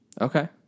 Okay